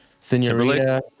Senorita